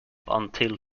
until